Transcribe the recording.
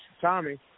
Tommy